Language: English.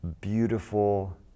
beautiful